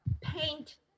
paint